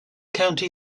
county